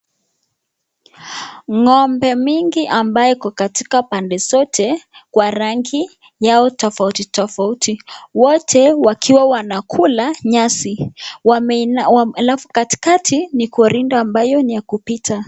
Ng'ombe mingi ambayo iko katika pande zote kwa rangi yao tofautitofauti wote wakiwa wanakula nyasi, halafu katikati ni korido ambayo ni ya kupita.